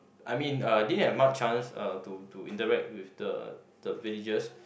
I mean uh I didn't have much chance uh to to interact with the the villagers